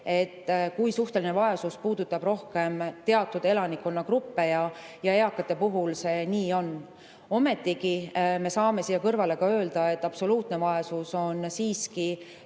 et suhteline vaesus puudutab rohkem just teatud elanikkonnagruppe, ja eakate puhul see nii on. Ometigi saame siia kõrvale öelda, et absoluutse vaesuse näitajad